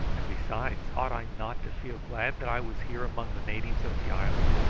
and, besides, ought i not to feel glad that i was here among the natives of the island?